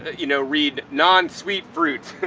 you know, read non-sweet fruit.